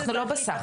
אנחנו לא בסחר.